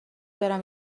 برم